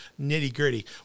nitty-gritty